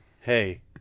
hey